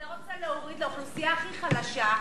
אתה רוצה להוריד לאוכלוסייה הכי חלשה,